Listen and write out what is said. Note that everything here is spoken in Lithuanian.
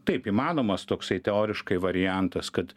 taip įmanomas toksai teoriškai variantas kad